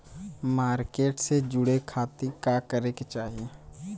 Market से जुड़े खाती का करे के चाही?